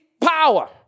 power